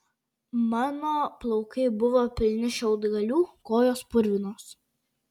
mano plaukai buvo pilni šiaudgalių kojos purvinos